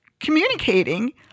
communicating